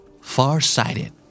Farsighted